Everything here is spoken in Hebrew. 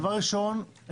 דבר ראשון,